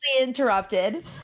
interrupted